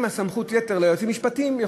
עם סמכות-היתר ליועצים משפטיים,